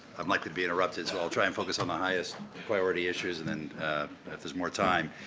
um likely be interrupted, so i'll try and focus on the highest priority issues, and and if there's more time.